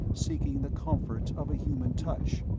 seeking the comfort of a human touch,